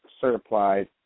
certified